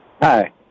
hi